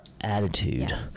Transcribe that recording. attitude